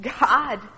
God